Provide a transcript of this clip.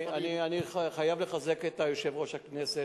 אני חייב לחזק את יושב-ראש הכנסת,